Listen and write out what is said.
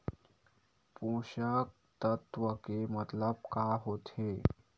पोषक तत्व के मतलब का होथे?